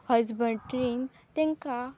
हजबंड्रीन तांकां